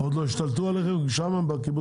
נתנו